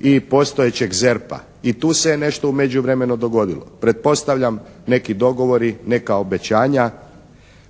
i postojećeg ZERP-a i tu se nešto u međuvremenu dogodilo. Pretpostavljam neki dogovori, neka obećanja,